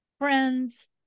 friends